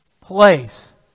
Place